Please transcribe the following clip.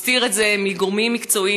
מסתיר את זה מגורמים מקצועיים.